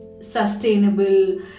sustainable